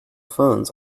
phones